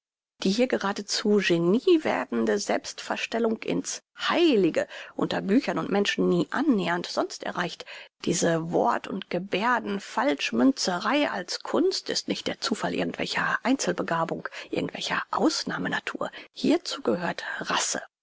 die hier geradezu genie werdende selbstverstellung in's heilige unter büchern und menschen nie annähernd sonst erreicht diese wort und gebärden falschmünzerei als kunst ist nicht der zufall irgend welcher einzel begabung irgend welcher ausnahme natur hierzu gehört rasse